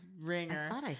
Ringer